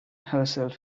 herself